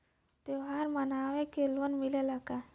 त्योहार मनावे के लोन मिलेला का?